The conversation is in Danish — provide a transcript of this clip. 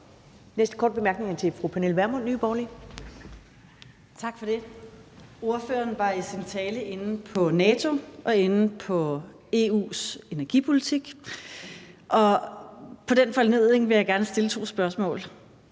Næste korte bemærkning er til fru Pernille Vermund, Nye Borgerlige. Kl. 12:08 Pernille Vermund (NB): Tak for det. Ordføreren var i sin tale inde på NATO og EU's energipolitik. På den foranledning vil jeg gerne stille to spørgsmål.